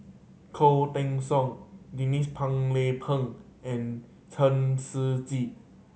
Khoo Teng Soon Denise Phua Lay Peng and Chen Shiji